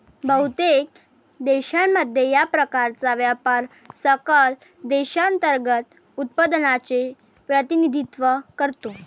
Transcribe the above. बहुतेक देशांमध्ये, या प्रकारचा व्यापार सकल देशांतर्गत उत्पादनाचे प्रतिनिधित्व करतो